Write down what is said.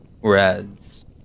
whereas